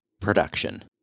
production